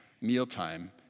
mealtime